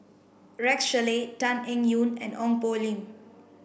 Rex Shelley Tan Eng Yoon and Ong Poh Lim